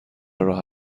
راه